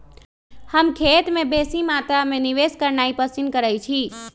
हम खेत में बेशी मत्रा में निवेश करनाइ पसिन करइछी